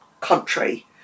country